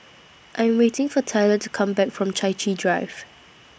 I'm waiting For Tylor to Come Back from Chai Chee Drive